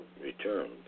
returned